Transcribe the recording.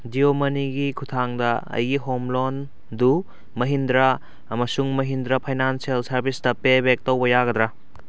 ꯖꯤꯌꯣ ꯃꯅꯤꯒꯤ ꯈꯨꯠꯊꯥꯡꯗ ꯑꯩꯒꯤ ꯍꯣꯝ ꯂꯣꯟ ꯗꯨ ꯃꯍꯤꯟꯗ꯭ꯔꯥ ꯑꯃꯁꯨꯡ ꯃꯍꯤꯟꯗ꯭ꯔꯥ ꯐꯥꯏꯅꯥꯟꯁꯤꯌꯦꯜ ꯁꯔꯚꯤꯁꯇ ꯄꯦ ꯕꯦꯛ ꯇꯧꯕ ꯌꯥꯒꯗ꯭ꯔꯥ